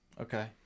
Okay